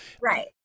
Right